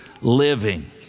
living